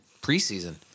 preseason